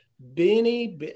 benny